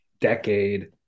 decade